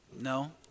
No